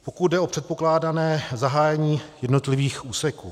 Pokud jde o předpokládané zahájení jednotlivých úseků.